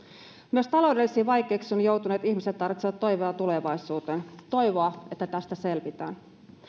myös taloudellisiin vaikeuksiin joutuneet ihmiset tarvitsevat toivoa tulevaisuuteen toivoa että tästä selvitään